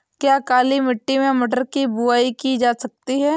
क्या काली मिट्टी में मटर की बुआई की जा सकती है?